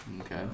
Okay